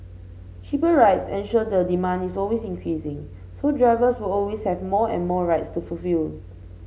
cheaper rides ensure the demand is always increasing so drivers will always have more and more rides to fulfil